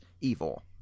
evil